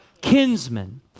kinsmen